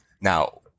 Now